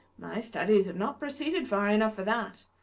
my studies have not proceeded far enough for that.